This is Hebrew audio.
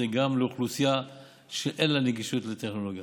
גם לאוכלוסייה שאין לה נגישות לטכנולוגיה.